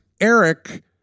Eric